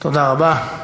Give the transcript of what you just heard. תודה רבה.